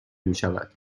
میشود